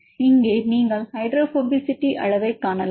இங்கே நீங்கள் ஹைட்ரோபோபசிட்டி அளவைக் காணலாம்